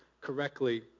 correctly